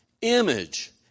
image